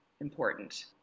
important